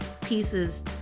pieces